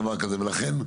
ולכן,